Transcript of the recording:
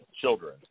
children